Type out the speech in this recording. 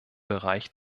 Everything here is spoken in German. bereich